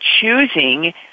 choosing